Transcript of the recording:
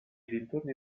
dintorni